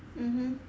mmhmm